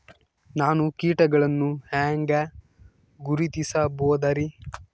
ನಾವು ಕೀಟಗಳನ್ನು ಹೆಂಗ ಗುರುತಿಸಬೋದರಿ?